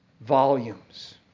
volumes